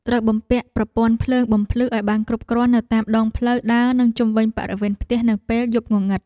ត្រូវបំពាក់ប្រព័ន្ធភ្លើងបំភ្លឺឱ្យបានគ្រប់គ្រាន់នៅតាមដងផ្លូវដើរនិងជុំវិញបរិវេណផ្ទះនៅពេលយប់ងងឹត។